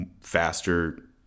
faster